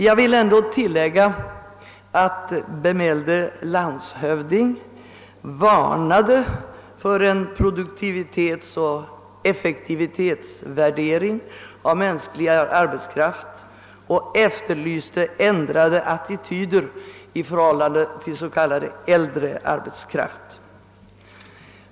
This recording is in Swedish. Jag vill ändå tillägga att bemälde landshövding varnade för en produktivitetsoch effektivitetsvärdering av mänsklig arbetskraft och efterlyste ändrade atti tyder i förhållande till s.k. äldre arbetskraft.